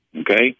okay